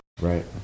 Right